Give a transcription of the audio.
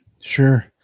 Sure